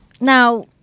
now